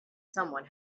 someone